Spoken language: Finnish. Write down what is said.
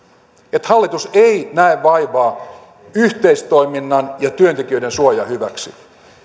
että hallitus ei näe vaivaa yhteistoiminnan ja työntekijöiden suojan hyväksi